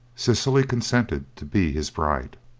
cecily consented to be his bride.